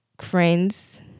friends